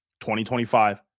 2025